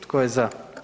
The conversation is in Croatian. Tko je za?